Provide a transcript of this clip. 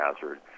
hazard